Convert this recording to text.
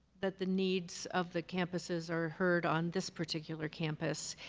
that the needs of the campuses are heard on this particular campus.